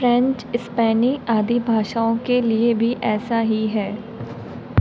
French स्पेनी आदि भाषाओं के लिए भी ऐसा ही है